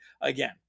again